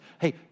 Hey